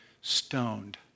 stoned